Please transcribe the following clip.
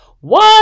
One